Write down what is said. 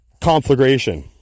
conflagration